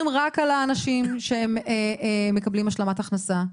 רק על האנשים שהם מקבלים השלמת הכנסה.